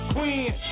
Queen